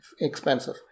expensive